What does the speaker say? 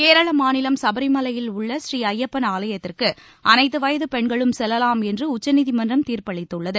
கேரள மாநிலம் சபரிமலையில் உள்ள ஸ்ரீ ஐயப்பள் ஆலயத்திற்கு அனைத்து வயது பெண்களும் செல்லாம் என்று உச்சநீதிமன்றம் தீர்ப்பளித்துள்ளது